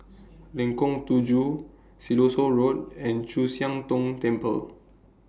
Lengkong Tujuh Siloso Road and Chu Siang Tong Temple